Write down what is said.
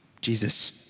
Jesus